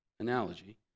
Analogy